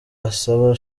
asabana